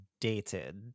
dated